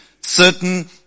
certain